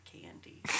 candy